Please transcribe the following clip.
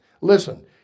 Listen